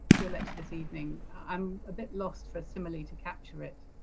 for your lecture this evening. i'm a bit lost for a simile to capture it.